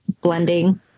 blending